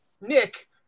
Nick